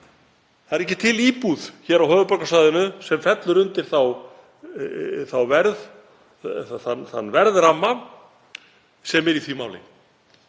Það er ekki til íbúð hér á höfuðborgarsvæðinu sem fellur undir þann verðramma sem er í því máli.